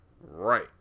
Right